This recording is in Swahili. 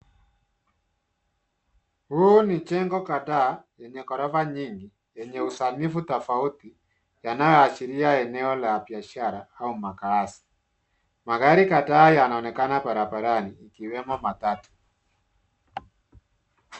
Huu ni jengo kadhaa yenye ghorofa nyingi yenye usanifu tofauti yanayoashiria eneo la biashara au makazi. Magari kadhaa yanaonekana barabarani ikiwemo matatu.